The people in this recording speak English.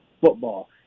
football